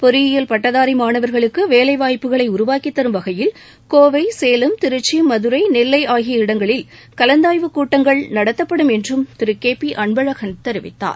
பொறியியல் பட்டதாரி மாணவர்களுக்கு வேலைவாய்ப்புகளை உருவாக்கித் தரும் வகையில் கோவை சேலம் திருச்சி மதுரை நெல்லை ஆகிய இடங்களில் கலந்தாய்வு கூட்டங்கள் நடத்தப்படும் என்றும் திரு கே பி அன்பழகன் கூறினார்